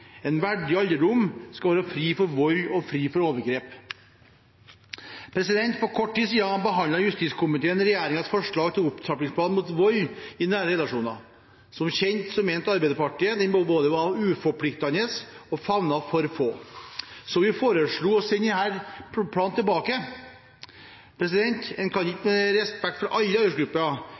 en verdig eldreomsorg. En verdig alderdom skal være fri for vold og fri for overgrep. For kort tid siden behandlet justiskomiteen regjeringens forslag til opptrappingsplan mot vold i nære relasjoner. Som kjent mente Arbeiderpartiet at den var både uforpliktende og favnet for få, så vi foreslo å sende denne planen tilbake. En kan ikke – med respekt for alle